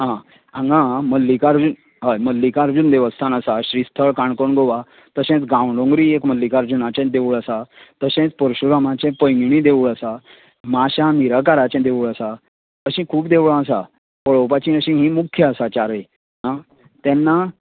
आं हांगा मल्लिकार्जून हय मल्लिकार्जून देवस्थान आसा श्रीस्थळ काणकोण गोवा तशेंच गांवडोंगरी एक मल्लिकार्जूनाचेच देवूळ आसा तशेंच परशुरामाचें पैंगिणी देवूळ आसा माश्यां निराकाराचें देवूळ आसा अशीं खूब देवळां आसात पळोवपाची अशीं हीं मुख्य आसा चारय आं तेन्ना